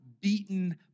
beaten